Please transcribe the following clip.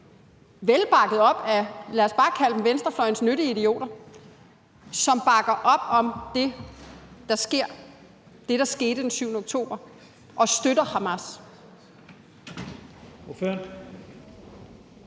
vel bakket op af, lad os bare kalde dem venstrefløjens nyttige idioter, som bakker op om det, der skete den 7. oktober, og som støtter Hamas?